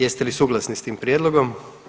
Jeste li suglasni s tim prijedlogom?